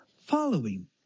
following